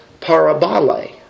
parabole